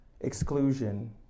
exclusion